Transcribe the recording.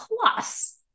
Plus